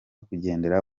kugendera